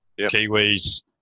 Kiwis